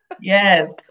Yes